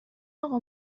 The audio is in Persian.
اقا